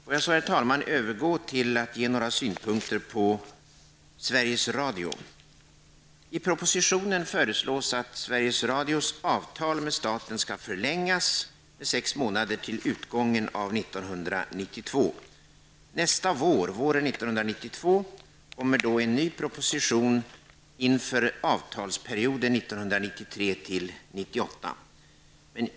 Får jag så, herr talman, övergå till att anlägga några synpunkter på Sveriges Radio. I propositionen föreslås att Sveriges Radios avtal med staten skall förlängas med sex månader till utgången av 1992. Nästa vår, alltså våren 1992, kommer en ny proposition inför avtalsperioden 1993--1998.